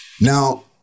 Now